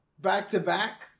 Back-to-back